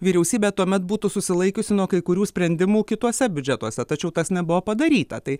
vyriausybė tuomet būtų susilaikiusi nuo kai kurių sprendimų kituose biudžetuose tačiau tas nebuvo padaryta tai